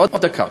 עוד דקה.